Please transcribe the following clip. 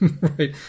Right